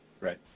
Right